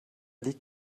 liegt